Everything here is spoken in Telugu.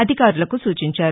అధికారులకు సూచించారు